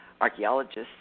Archaeologists